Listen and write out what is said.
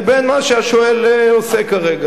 לבין מה שהשואל עושה כרגע.